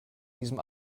diesem